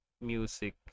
Music